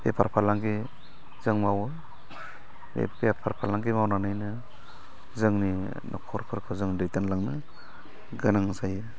बेफार फालांगि जों मावो बे बेफार फालांगि मावनानैनो जोंनि न'खरफोरखौ जों दैदेनलांनो गोनां जायो